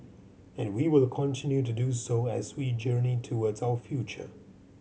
and we will continue to do so as we journey towards our future